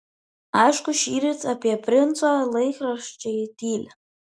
aišku šįryt apie princą laikraščiai tyli